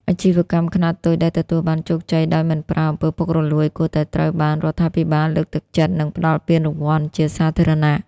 អាជីវកម្មខ្នាតតូចដែលទទួលបានជោគជ័យដោយមិនប្រើ អំពើពុករលួយ គួរតែត្រូវបានរដ្ឋាភិបាលលើកទឹកចិត្ត និងផ្ដល់ពានរង្វាន់ជាសាធារណៈ។